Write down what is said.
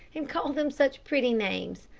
and call them such pretty names.